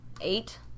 Eight